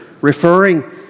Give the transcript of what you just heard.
referring